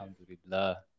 Alhamdulillah